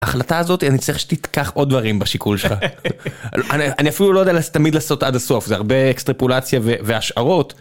ההחלטה הזאת אני צריך שתיקח עוד דברים בשיקול שלך, אני אפילו לא יודע תמיד לעשות עד הסוף, זה הרבה אקסטריפולציה והשערות.